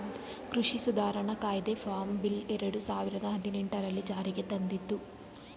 ಕೃಷಿ ಸುಧಾರಣಾ ಕಾಯ್ದೆ ಫಾರ್ಮ್ ಬಿಲ್ ಎರಡು ಸಾವಿರದ ಹದಿನೆಟನೆರಲ್ಲಿ ಜಾರಿಗೆ ತಂದಿದ್ದು